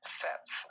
sets